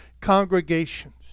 congregations